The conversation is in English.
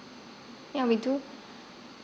yeah we do